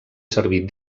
servir